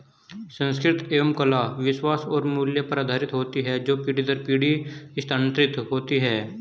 संस्कृति एवं कला विश्वास और मूल्य पर आधारित होती है जो पीढ़ी दर पीढ़ी स्थानांतरित होती हैं